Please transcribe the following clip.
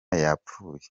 yapfuye